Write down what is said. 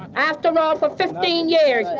after all, for fifteen years,